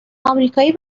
امریکایی